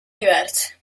diverse